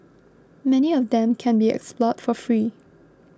many of them can be explored for free